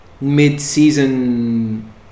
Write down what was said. mid-season